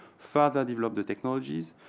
further develop the technologies.